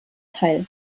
teil